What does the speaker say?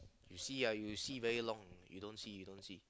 you see ah you see very long you don't see you don't see